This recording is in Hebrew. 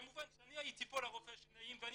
כמובן שאני הייתי פה על רופאי השיניים ואני